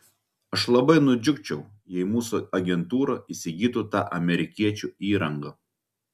aš labai nudžiugčiau jei mūsų agentūra įsigytų tą amerikiečių įrangą